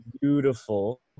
beautiful